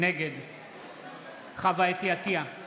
נגד חוה אתי עטייה, בעד